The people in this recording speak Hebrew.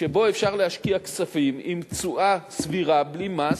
שבו אפשר להשקיע כספים עם תשואה סבירה בלי מס,